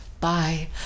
bye